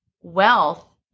wealth